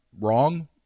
wrong